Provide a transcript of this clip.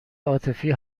عاطفی